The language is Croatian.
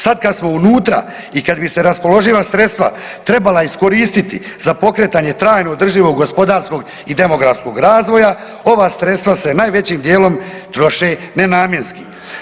Sad kad smo unutra i kad bi se raspoloživa sredstava trebala iskoristiti za pokretanje trajno održivog gospodarskog i demografskog razvoja ova sredstva se najvećim dijelom troše nenamjenski.